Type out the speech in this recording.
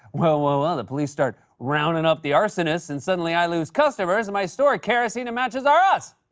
well, well, well, the police start rounding up the arsonists, and suddenly, i lose customers in my store kerosene and matches r us.